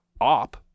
op